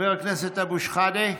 חבר הכנסת אבו שחאדה,